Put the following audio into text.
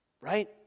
right